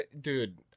dude